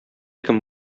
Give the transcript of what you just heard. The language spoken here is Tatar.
кем